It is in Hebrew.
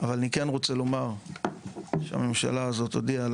אבל אני כן רוצה לומר שהממשלה הזו הודיעה על